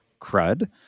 crud